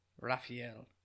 Raphael